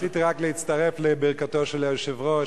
רק רציתי להצטרף לברכתו של היושב-ראש